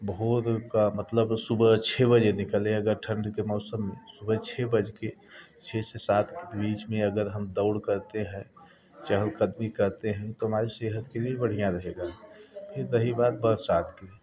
भोर का मतलब सुबह छः बजे निकलें अगर ठंड के मौसम सुबह छः बज के छः से सात के बीच में अगर हम दौड़ करते हैं चहल कदमी करते हैं तो हमारे सेहत के लिए बढ़िया रहेगा फीद रही बात बरसात की